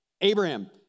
Abraham